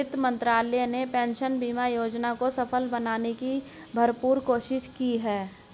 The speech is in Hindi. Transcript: वित्त मंत्रालय ने पेंशन बीमा योजना को सफल बनाने की भरपूर कोशिश की है